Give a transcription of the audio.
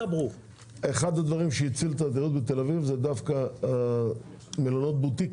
אחד הדברים שהציל את התיירות בתל אביב זה דווקא מלונות הבוטיק